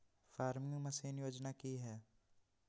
Farming machine योजना कि हैय?